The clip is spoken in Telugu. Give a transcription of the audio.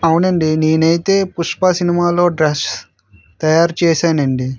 అవునండి నేనైతే పుష్ప సినిమాలో డ్రెస్ తయారు చేసాను అండి